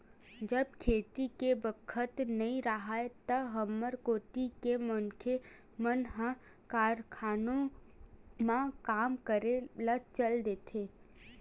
जब खेती के बखत नइ राहय त हमर कोती के मनखे मन ह कारखानों म काम करे ल चल देथे